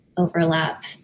overlap